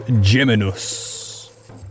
Geminus